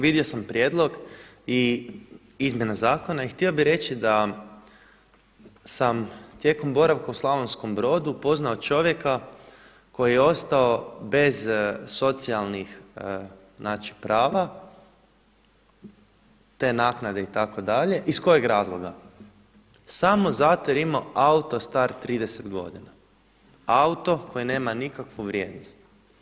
Vidio sam prijedlog izmjena zakona i htio bih reći da sam tijekom boravka u Slavonskom Brodu upoznao čovjeka koji je ostao bez socijalnih prava te naknade itd. iz kojeg razloga, samo zato jer ima auto star 30 godina, auto koji nema nikakvu vrijednost.